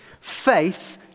faith